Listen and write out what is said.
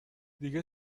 دیگه